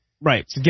right